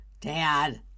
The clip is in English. Dad